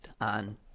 on